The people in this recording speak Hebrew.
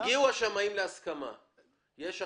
הגיעו השמאים להסכמה ויש החלטה.